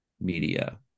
media